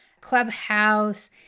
Clubhouse